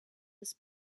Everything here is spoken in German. des